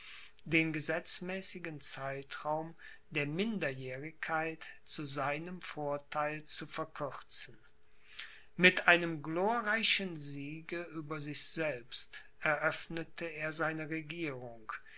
den gesetzmäßigen zeitraum der minderjährigkeit zu seinem vortheil zu verkürzen mit einem glorreichen siege über sich selbst eröffnete er eine regierung